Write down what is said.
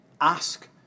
Ask